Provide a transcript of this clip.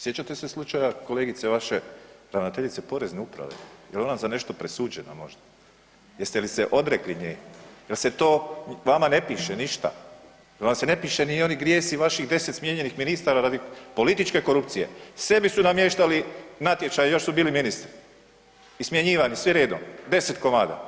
Sjećate se slučaja kolegice vaše ravnateljice Porezne uprave, je li ona za nešto presuđena možda, jeste li se odrekli nje, jel se to vama ne piše ništa, jer vam se ne piše ni oni grijesi vaših 10 smijenjenih ministara radi političke korupcije, sebi su namještali natječaj još su bili ministri i smjenjivani svi redom, 10 komada.